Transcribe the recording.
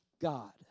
God